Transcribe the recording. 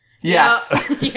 Yes